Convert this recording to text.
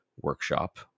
workshop